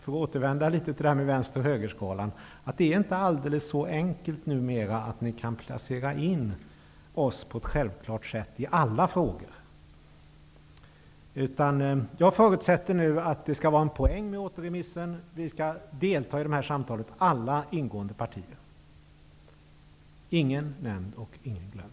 När man tittar på de olika motionerna framgår det att det inte är så enkelt att placera in Vänsterpartiet på ett självklart sätt i alla frågor. Jag förutsätter att det skall vara en poäng med återremissen och att alla partier skall delta i samtalen -- ingen nämnd, ingen glömd.